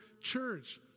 Church